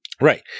Right